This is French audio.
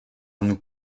nous